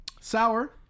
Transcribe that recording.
Sour